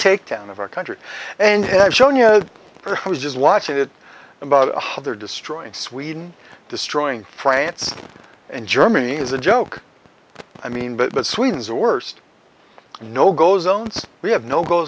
takedown of our country and i've shown you know i was just watching that about how they're destroying sweden destroying france and germany is a joke i mean but sweden's worst no go zones we have no go